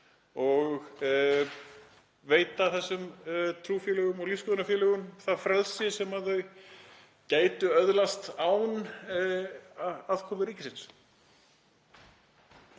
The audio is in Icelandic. og veita þessum trúfélögum og lífsskoðunarfélögum það frelsi sem þau gætu öðlast án aðkomu ríkisins.